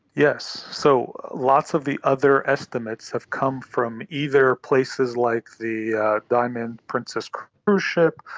yes. so lots of the other estimates have come from either places like the diamond princess cruise ship,